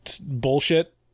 bullshit